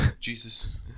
jesus